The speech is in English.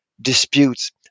disputes